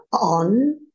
on